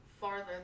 farther